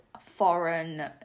foreign